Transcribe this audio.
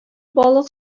балык